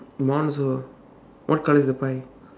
mine one also what color is the pie